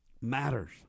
matters